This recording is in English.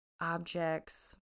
objects